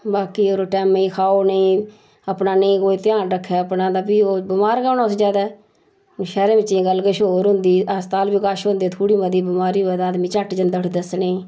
बाकी यरो टेमै दे खाओ नेईं अपना नेईं कोई ध्यान रक्खै अपना ते फ्ही ओह् बमार गै होना उस ज्यादा कोई शैह्रें बिच्चे गल्ल किश होर होंदी अस्पताल बी कश होंदे कोई थोह्ड़ी मती बमारी होऐ तां आदमी झट्ट जंदा उठी दस्सने ई